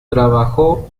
trabajó